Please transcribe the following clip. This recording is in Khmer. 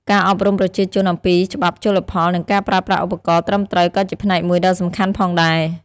ការអប់រំប្រជាជនអំពីច្បាប់ជលផល និងការប្រើប្រាស់ឧបករណ៍ត្រឹមត្រូវក៏ជាផ្នែកមួយដ៏សំខាន់ផងដែរ។